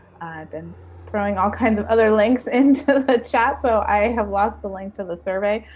been throwing all kinds of other links into the chat. so, i have lost the link to the survey.